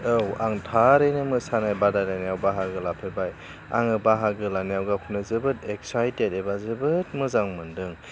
औ आं थारैनो मोसानाय बादायलायनायाव बाहागो लाफेरबाय आङो बाहागो लानायाव गावखौनो जोबोद एकसाइतेट एबा जोबोद मोजां मोनदों